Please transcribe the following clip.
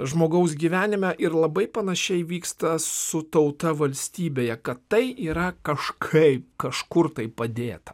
žmogaus gyvenime ir labai panašiai vyksta su tauta valstybėje kad tai yra kažkaip kažkur tai padėta